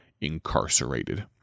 incarcerated